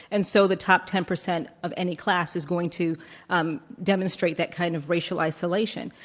and so the top ten percent of any class is going to um demonstrate that kind of racial isolation.